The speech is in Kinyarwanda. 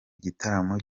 gitaramo